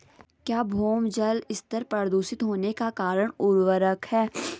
क्या भौम जल स्तर प्रदूषित होने का कारण उर्वरक है?